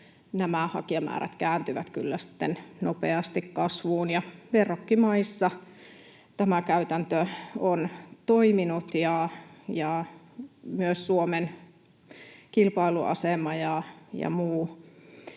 nämä hakijamäärät kääntyvät kyllä sitten nopeasti kasvuun. Verrokkimaissa tämä käytäntö on toiminut, ja myöskään Suomen kilpailuasema ja muu